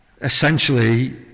essentially